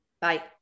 Bye